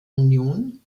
union